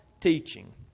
teaching